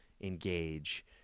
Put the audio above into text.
engage